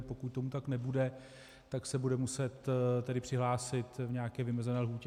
Pokud tomu tak nebude, tak se bude muset přihlásit v nějaké vymezené lhůtě.